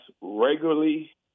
regularly